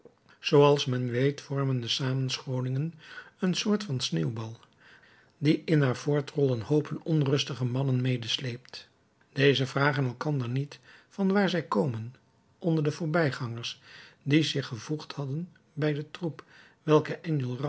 zooals men weet vormen de samenscholingen een soort van sneeuwbal die in haar voortrollen hoopen onrustige mannen medesleept deze vragen elkander niet van waar zij komen onder de voorbijgangers die zich gevoegd hadden bij den troep welken